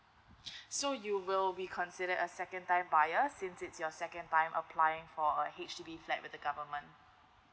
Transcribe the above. so you will be considered a second time buyer since it's your second time applying for a H_D_B flat with government